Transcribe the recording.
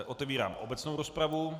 Otevírám obecnou rozpravu.